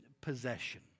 possession